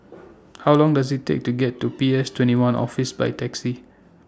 How Long Does IT Take to get to P S twenty one Office By Taxi